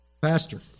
Pastor